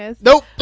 Nope